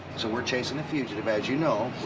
so we're chasing a fugitive, as you know.